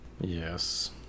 Yes